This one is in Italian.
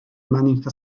manica